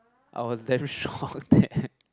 I was damn shocked that